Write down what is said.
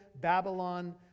Babylon